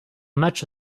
match